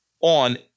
on